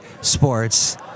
sports